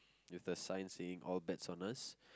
with the sign saying all bets on us